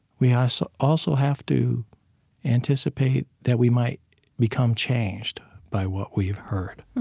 we ah so also have to anticipate that we might become changed by what we have heard